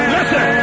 Listen